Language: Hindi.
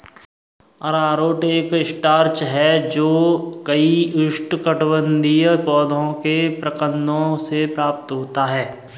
अरारोट एक स्टार्च है जो कई उष्णकटिबंधीय पौधों के प्रकंदों से प्राप्त होता है